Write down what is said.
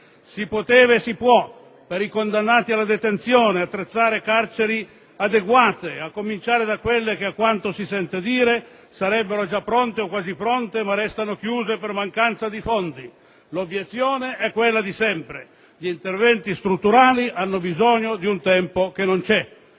Si poteva e si può, per i condannati alla detenzione, attrezzare carceri adeguate, a cominciare da quelle che, a quanto si sente dire, sarebbero già pronte o quasi pronte, ma restano chiuse per mancanza di fondi. L'obiezione è quella di sempre: gli interventi strutturali hanno bisogno di un tempo che non c'è,